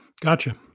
Gotcha